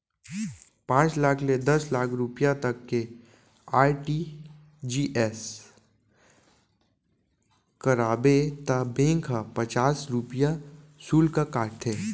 पॉंच लाख ले दस लाख रूपिया तक के आर.टी.जी.एस कराबे त बेंक ह पचास रूपिया सुल्क काटथे